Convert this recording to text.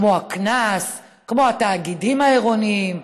כמו הקנס, כמו התאגידים העירוניים,